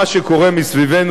מה שקורה מסביבנו